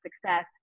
success